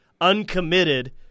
uncommitted